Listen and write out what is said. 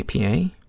APA